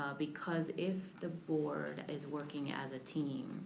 ah because if the board is working as a team,